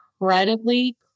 incredibly